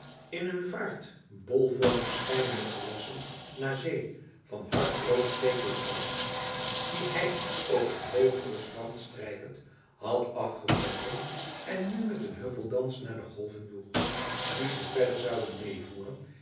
in hun vaart bolvormig schijnende gewassen naar zee van hard broos stekelig gras die hij over het hogere strand strijkend had afgebroken en nu met een huppeldans naar de golven joeg die ze verder zouden meevoeren